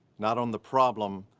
not on the problem,